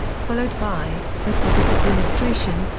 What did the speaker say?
followed by, but with this administration,